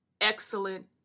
excellent